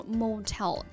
Motel